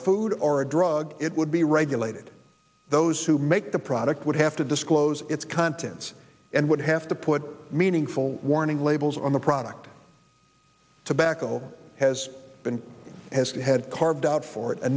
food or a drug it would be right related those who make the product would have to disclose its contents and would have to put meaningful warning labels on the product tobacco has been has had carved out for